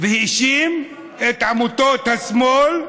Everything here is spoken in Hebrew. והאשים את עמותות השמאל,